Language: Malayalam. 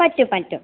പറ്റും പറ്റും